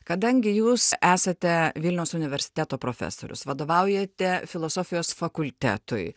kadangi jūs esate vilniaus universiteto profesorius vadovaujate filosofijos fakultetui